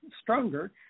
stronger